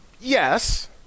Yes